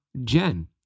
Jen